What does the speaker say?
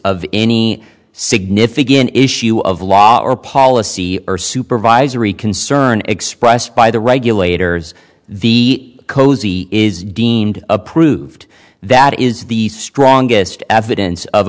of any significant issue of law or policy or supervisory concern expressed by the regulators the cozy is deemed approved that is the strongest evidence of